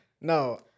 No